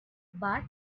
but